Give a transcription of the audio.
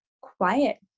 quiet